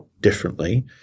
differently